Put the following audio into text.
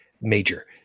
major